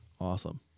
Awesome